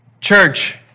church